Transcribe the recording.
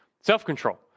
self-control